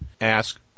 ask